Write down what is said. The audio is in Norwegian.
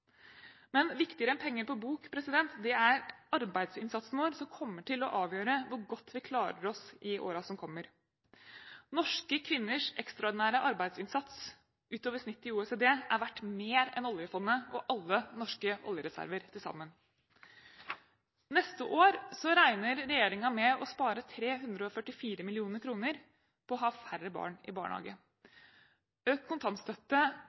Men viktigere enn penger på bok er arbeidsinnsatsen vår, som kommer til å avgjøre hvor godt vi klarer oss i årene som kommer. Norske kvinners ekstraordinære arbeidsinnsats utover snittet i OECD er verdt mer enn oljefondet og alle norske oljereserver til sammen. Neste år regner regjeringen med å spare 344 mill. kr på å ha færre barn i barnehage. Økt kontantstøtte